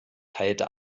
teilte